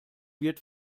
wird